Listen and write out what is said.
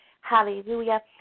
Hallelujah